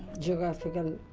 geographical